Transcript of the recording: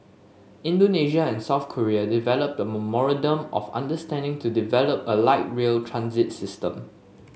Indonesia and South Korea developed a of understanding to develop a light rail transit system